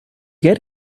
get